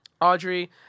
Audrey